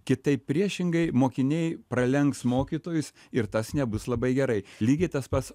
kitaip priešingai mokiniai pralenks mokytojus ir tas nebus labai gerai lygiai tas pats